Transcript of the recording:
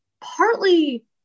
partly